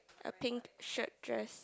a pink shirt dress